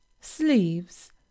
sleeves